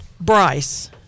Bryce